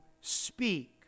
speak